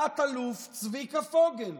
תת-אלוף צביקה פוגל,